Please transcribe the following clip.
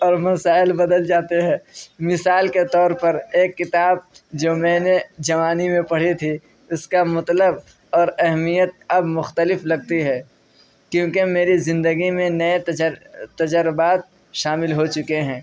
اور مسائل بدل جاتے ہے مثال کے طور پر ایک کتاب جو میں نے جوانی میں پڑھی تھی اس کا مطلب اور اہمیت اب مختلف لگتی ہے کیونکہ میری زندگی میں نئے تجر تجربات شامل ہو چکے ہیں